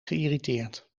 geïrriteerd